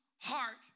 heart